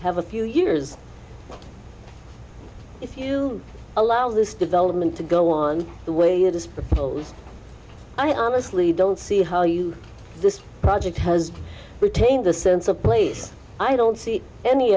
have a few years if you allow this development to go on the way it is proposed i honestly don't see how you this project has retained the sense of place i don't see any